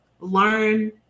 learn